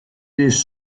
des